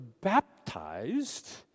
baptized